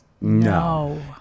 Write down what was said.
No